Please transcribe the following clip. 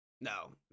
No